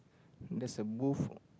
thats a booth